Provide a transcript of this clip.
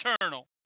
eternal